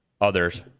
others